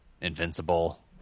invincible